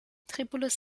tripolis